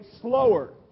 slower